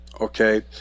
okay